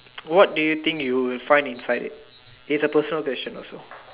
what do you think you will find inside it it's a personal question also